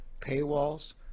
paywalls